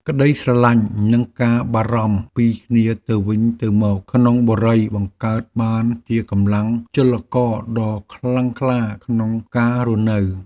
ក្តីស្រឡាញ់និងការបារម្ភពីគ្នាទៅវិញទៅមកក្នុងបុរីបង្កើតបានជាកម្លាំងចលករដ៏ខ្លាំងក្លាក្នុងការរស់នៅ។